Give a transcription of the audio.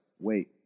wait